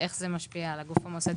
איך זה משפיע על הגוף המוסדי?